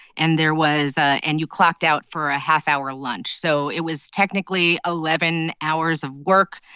and there was ah and you clocked out for a half-hour lunch so it was technically eleven hours of work.